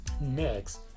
next